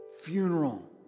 funeral